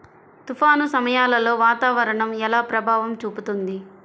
తుఫాను సమయాలలో వాతావరణం ఎలా ప్రభావం చూపుతుంది?